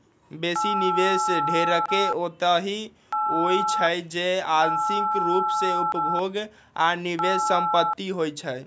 बेशी निवेश ढेरेक ओतहि होइ छइ जे आंशिक रूप से उपभोग आऽ निवेश संपत्ति होइ छइ